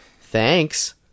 Thanks